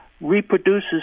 reproduces